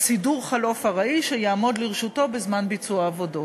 סידור חלוף ארעי שיעמוד לרשותו בזמן ביצוע העבודות.